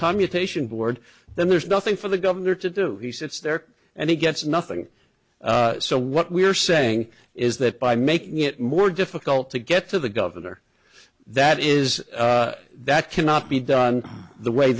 commutation board then there's nothing for the governor to do he sits there and he gets nothing so what we're saying is that by making it more difficult to get to the governor that is that cannot be done the way